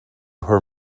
her